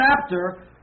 chapter